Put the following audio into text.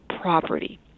property